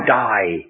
die